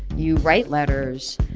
you write letters.